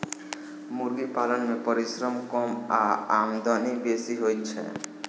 मुर्गी पालन मे परिश्रम कम आ आमदनी बेसी होइत छै